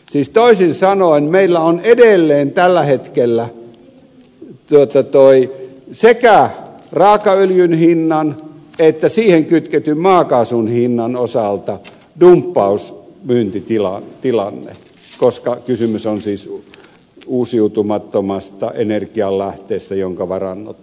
siis toisin sanoen meillä on edelleen tällä hetkellä sekä raakaöljyn hinnan että siihen kytketyn maakaasun hinnan osalta dumppausmyyntitilanne koska kysymys on uusiutumattomasta energianlähteestä jonka varannot laskevat